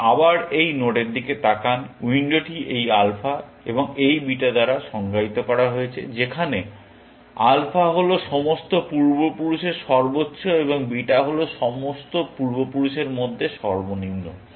তাই আবার এই নোড এর তাকান উইন্ডোটি এই আলফা এবং এই বিটা দ্বারা সংজ্ঞায়িত করা হয়েছে যেখানে আলফা হল সমস্ত পূর্বপুরুষের সর্বোচ্চ এবং বিটা হল সমস্ত পূর্বপুরুষের মধ্যে সর্বনিম্ন